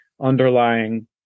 underlying